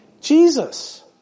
Jesus